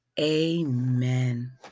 Amen